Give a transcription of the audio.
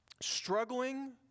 Struggling